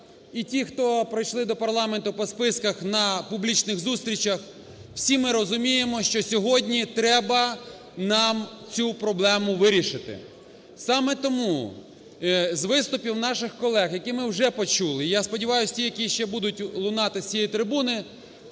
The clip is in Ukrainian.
і ті, хто прийшли до парламенту по списках на публічних зустрічах, – всі ми розуміємо, що сьогодні треба нам цю проблему вирішити. Саме тому з виступів наших колег, які ми вже почули, я сподіваюсь, ті, які ще будуть лунати з цієї трибуни,